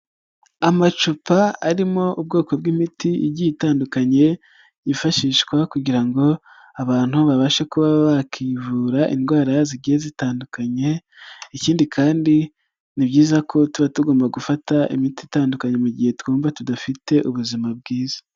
Amacupa arimo ubwoko bw'imiti igiye itandukanye, yifashishwa kugira ngo abantu babashe kuba bakivura indwara zigiye zitandukanye, ikindi kandi ni byiza ko tuba tugomba gufata imiti itandukanye mu gihe twumva tudafite ubuzima bwiza.